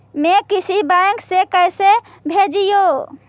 मैं किसी बैंक से कैसे भेजेऊ